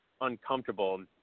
Uncomfortable